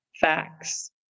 facts